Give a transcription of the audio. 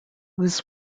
was